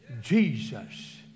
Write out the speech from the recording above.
jesus